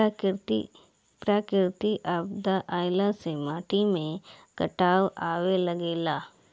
प्राकृतिक आपदा आइला से माटी में कटाव आवे लागेला